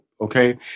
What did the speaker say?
okay